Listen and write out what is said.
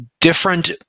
different